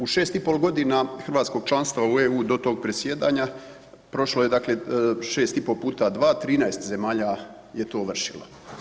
U 6,5 godina hrvatskog članstva u EU do tog predsjedanja prošlo je 6,5 puta 2, 13 zemalja je to vršilo.